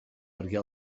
perquè